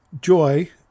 Joy